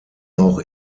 auch